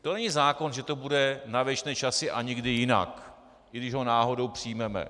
To není zákon, že to bude na věčné časy a nikdy jinak, i když ho náhodou přijmeme.